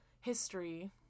history